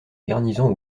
garnison